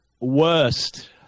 worst